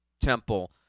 Temple